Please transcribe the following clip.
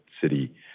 city